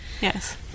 Yes